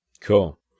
cool